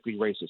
racist